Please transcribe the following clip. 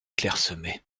clairsemées